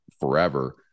forever